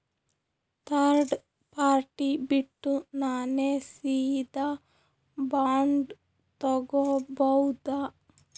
Third party ಬಿಟ್ಟು ನಾನೇ ಸೀದಾ ಬಾಂಡ್ ತೋಗೊಭೌದಾ?